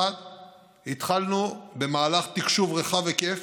1. התחלנו במהלך תקשוב רחב היקף,